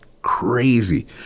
Crazy